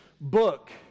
book